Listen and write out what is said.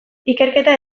ikerketa